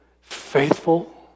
faithful